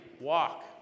walk